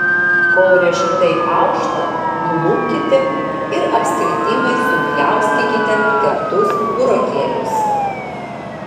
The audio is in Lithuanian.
kol riešutai aušta nulupkite ir apskritimais supjaustykite keptus burokėlius